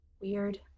weird